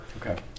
okay